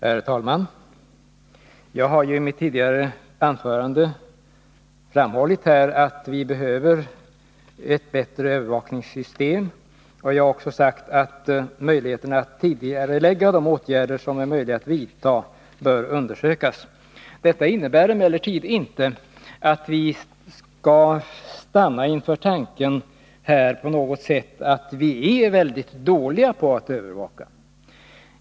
Herr talman! Jag har i mitt tidigare anförande framhållit att vi behöver ett bättre övervakningssystem, och jag har också sagt att möjligheterna att tidigarelägga de åtgärder som kan vidtas bör undersökas. Detta innebär emellertid inte att vi på något sätt skall stanna inför tanken, att vi är väldigt dåliga på att övervaka.